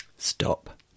Stop